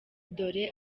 dore